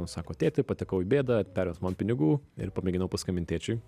sako tėti patekau į bėdą pervesk man pinigų ir pamėginau paskambint tėčiui